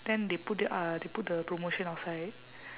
then they put the uh they put the promotion outside